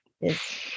Yes